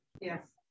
Yes